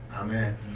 Amen